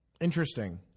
Interesting